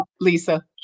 Lisa